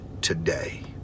today